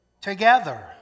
together